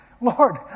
Lord